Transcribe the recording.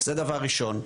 זה דבר ראשון.